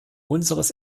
unseres